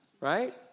Right